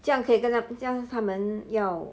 这样可以跟他们他们要